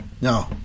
No